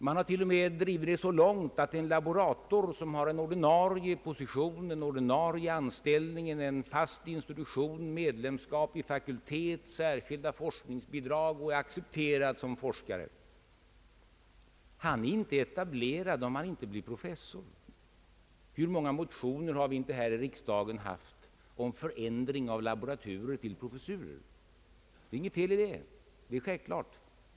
Man har till och med drivit det så långt att en laborator, som har en ordinarie anställning 1 en fast institution, medlemskap i fakultet, som har särskilda forskningsbidrag och är accepterad som forskare, inte är etablerad om han inte blir professor. Hur många motioner har vi inte haft här i kammaren om förändring av laboraturer till professurer? Det är självklart inget fel i det.